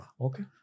Okay